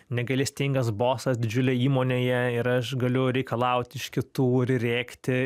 negailestingas bosas didžiulėj įmonėje ir aš galiu reikalaut iš kitų ir rėkti